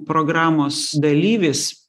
programos dalyvis